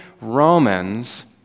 Romans